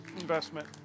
investment